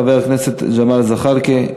חבר הכנסת ג'מאל זחאלקה,